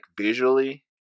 visually